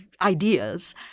ideas